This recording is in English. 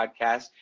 Podcast